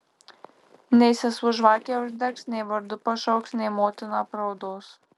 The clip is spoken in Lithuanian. nei sesuo žvakę uždegs nei vardu pašauks nei motina apraudos